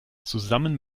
zusammen